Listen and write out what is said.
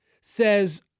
Says